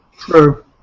True